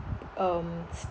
um